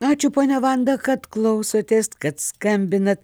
ačiū ponia vanda kad klausotės kad skambinat